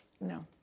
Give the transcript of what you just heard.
No